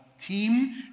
team